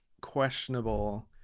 questionable